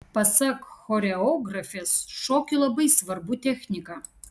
pasak choreografės šokiui labai svarbu technika